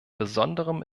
besonderem